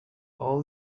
all